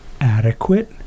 adequate